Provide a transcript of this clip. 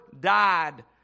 Died